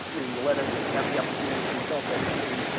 and let us have the opportunity to resolve that issue,